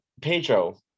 pedro